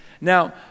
Now